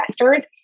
investors